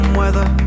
weather